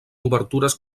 obertures